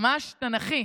ממש תנ"כי,